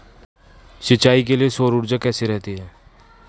सिंचाई के लिए सौर ऊर्जा कैसी रहती है?